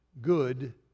good